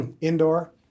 indoor